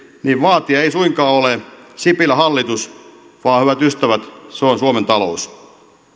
niin vaatija ei suinkaan ole sipilän hallitus vaan hyvät ystävät se on suomen talous